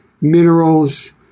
minerals